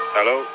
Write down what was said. Hello